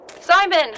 Simon